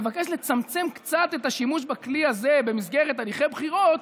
מבקש לצמצם קצת את השימוש בכלי הזה במסגרת הליכי בחירות,